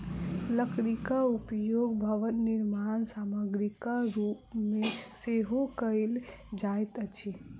लकड़ीक उपयोग भवन निर्माण सामग्रीक रूप मे सेहो कयल जाइत अछि